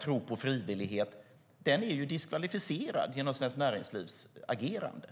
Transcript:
tro på frivillighet är diskvalificerad genom Svenskt Näringslivs agerande.